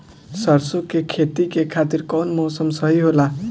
सरसो के खेती के खातिर कवन मौसम सही होला?